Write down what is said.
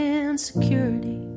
insecurity